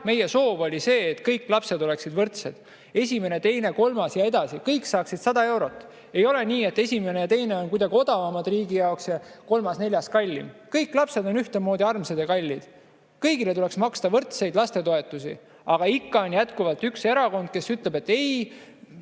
meie soov oli, et kõik lapsed oleksid võrdsed, et esimene, teine, kolmas ja sealt edasi saaksid 100 eurot. Ei ole nii, et esimene ja teine on kuidagi odavamad riigi jaoks, aga kolmas ja neljas on kallimad. Kõik lapsed on ühtemoodi armsad ja kallid, kõigile tuleks maksta võrdselt lastetoetusi. Aga ikka on jätkuvalt üks erakond, kes ütleb, et ei,